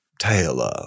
Taylor